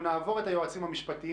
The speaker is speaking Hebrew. אנחנו נעבור את היועצים המשפטיים,